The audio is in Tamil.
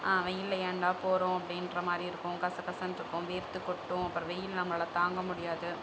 வெயிலில் ஏன்டா போகிறோம் அப்படின்ற மாதிரி இருக்கும் கசகசனு இருக்கும் வேர்த்து கொட்டும் அப்றம் வெயில் நம்மளால் தாங்க முடியாது